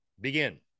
begin